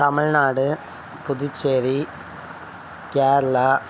Tamil Nadu Puducherry Kerala